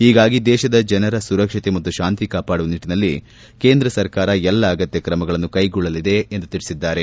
ಹೀಗಾಗಿ ದೇಶದ ಜನರ ಸುರಕ್ಷತೆ ಮತ್ತು ಶಾಂತಿ ಕಾಪಾಡುವ ನಿಟ್ಲನಲ್ಲಿ ಕೇಂದ್ರ ಸರ್ಕಾರ ಎಲ್ಲಾ ಅಗತ್ಯ ಕ್ರಮಗಳನ್ನು ಕೈಗೊಳ್ಳಲಿದೆ ಎಂದು ತಿಳಿಸಿದ್ದಾರೆ